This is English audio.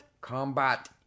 Combat